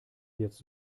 jetzt